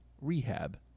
Rehab